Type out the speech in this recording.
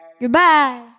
Goodbye